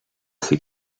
ses